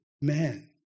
man